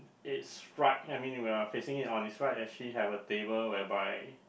it's right I mean when I'm facing it on it's right actually have a table whereby